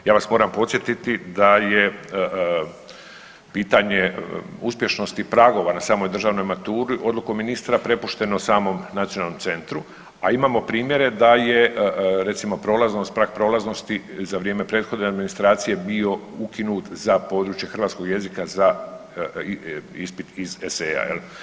Ja vas moram podsjetiti da je pitanje uspješnosti pragova na samoj državnoj maturi odlukom ministra prepušteno samom nacionalnom centru, a imamo primjere da je recimo prag prolaznosti za vrijeme prethodne administracije bio ukinut za područje hrvatskog jezika za ispit iz eseja.